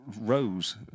rose